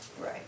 Right